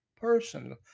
person